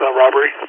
robbery